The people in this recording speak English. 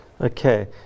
Okay